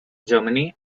germany